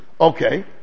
Okay